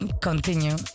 continue